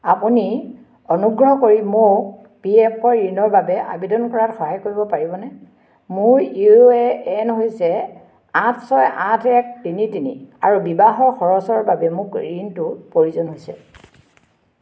আপুনি অনুগ্ৰহ কৰি মোক পি এফ ঋণৰ বাবে আবেদন কৰাত সহায় কৰিব পাৰিবনে মোৰ ইউ এ এন হৈছে আঠ ছয় আঠ এক তিনি তিনি আৰু বিবাহৰ খৰচৰ বাবে মোক ঋণটোৰ প্ৰয়োজন হৈছে